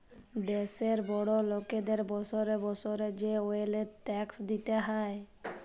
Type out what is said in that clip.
দ্যাশের বড় লকদের বসরে বসরে যে ওয়েলথ ট্যাক্স দিতে হ্যয়